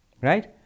right